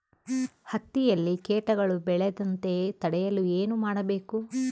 ಹತ್ತಿಯಲ್ಲಿ ಕೇಟಗಳು ಬೇಳದಂತೆ ತಡೆಯಲು ಏನು ಮಾಡಬೇಕು?